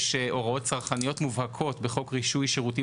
יש הוראות צרכניות מובהקות בחוק רישוי שירותים